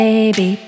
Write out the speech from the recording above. Baby